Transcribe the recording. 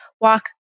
walk